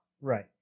Right